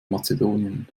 mazedonien